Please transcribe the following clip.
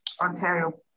Ontario